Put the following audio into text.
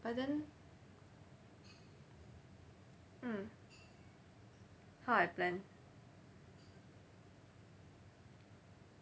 but then mm how I plan